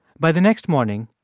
by the next morning,